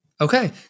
Okay